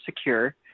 secure